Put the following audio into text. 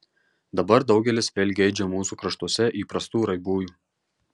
dabar daugelis vėl geidžia mūsų kraštuose įprastų raibųjų